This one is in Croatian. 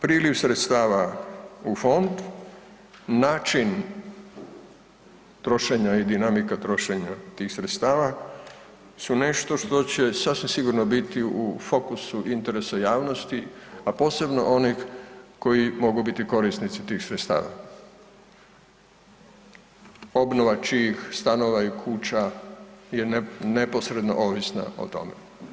Priljev sredstava u fond, način trošenja i dinamika trošenja tih sredstava su nešto što će sasvim sigurno biti u fokusu interesa javnosti a posebno onih koji mogu biti korisnici tih sredstava, obnova čijih stanova i kuća je neposredno ovisna o tome.